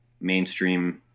mainstream